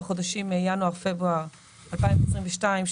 בחודשים ינואר-פברואר 2022,